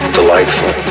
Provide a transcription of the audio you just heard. delightful